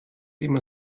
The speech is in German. immer